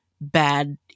bad